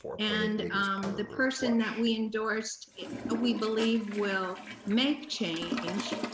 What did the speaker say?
and the person that we endorsed we believe will make change,